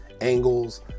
angles